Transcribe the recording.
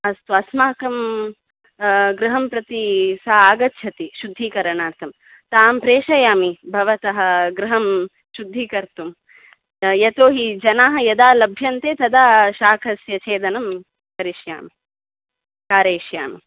अस्तु अस्माकं गृहं प्रति सा आगच्छति शुद्धीकरणार्थं तां प्रेषयामि भवतः गृहं शुद्धीकर्तुं यतोहि जनाः यदा लभ्यन्ते तदा शाखस्य छेदनं करिष्यामि कारयिष्यामि